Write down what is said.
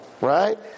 right